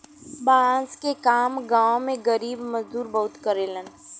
बांस के काम गांव में गरीब मजदूर बहुते करेलन